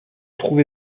trouve